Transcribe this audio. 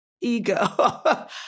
Ego